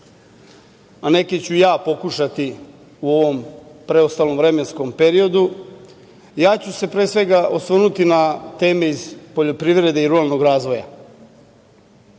a neke ću ja pokušati u ovom preostalom vremenskom periodu. Ja ću se, pre svega, osvrnuti na temu iz poljoprivrede i ruralnog razvoja,